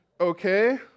okay